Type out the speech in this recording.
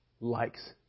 likes